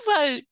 wrote